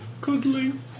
Cuddling